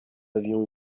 avions